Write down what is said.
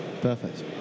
Perfect